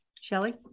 Shelly